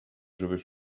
j’avais